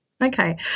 Okay